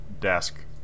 desk